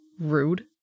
Rude